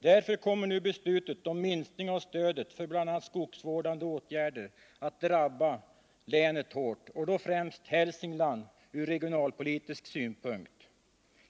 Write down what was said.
Därför kommer nu beslutet om minskning av stödet för bl.a. skogsvårdande åtgärder att drabba länet, och då främst Hälsingland, hårt ur regionalpolitisk synpunkt.